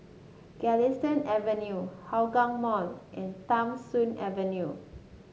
Galistan Avenue Hougang Mall and Tham Soong Avenue